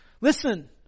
Listen